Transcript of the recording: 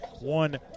One